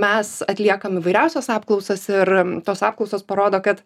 mes atliekam įvairiausias apklausas ir tos apklausos parodo kad